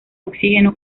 oxígeno